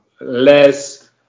less